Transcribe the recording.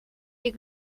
est